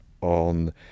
on